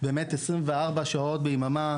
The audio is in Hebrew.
באמת 24 שעות ביממה,